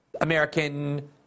American